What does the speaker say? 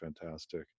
fantastic